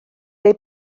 neu